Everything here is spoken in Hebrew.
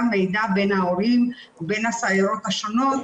מידע בין ההורים ובין הסיירות השונות,